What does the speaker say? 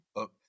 up